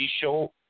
show